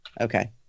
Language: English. Okay